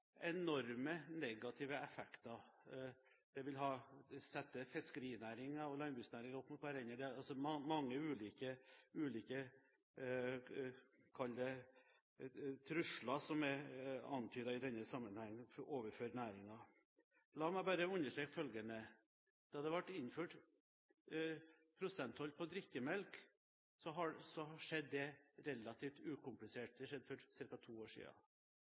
enorme negative effekter. Det vil sette fiskerinæringen og landbruksnæringen opp mot hverandre. Det er altså mange ulike – kall det – trusler overfor næringen som er antydet i denne sammenheng. La meg bare understreke følgende: Da det ble innført prosenttoll på drikkemelk, skjedde det relativt ukomplisert. Det skjedde for ca. to år